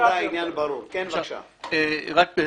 הרשם ברוך הבא הדובר,